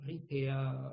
repair